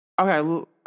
Okay